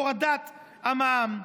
הורדת המע"מ.